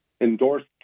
endorsed